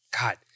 God